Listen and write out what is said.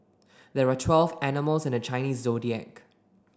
there are twelve animals in the Chinese Zodiac